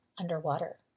underwater